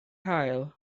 haul